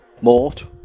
Mort